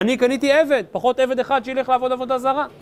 אני קניתי עבד, פחות עבד אחד שיילך לעבוד עבודה זרה.